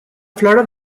flora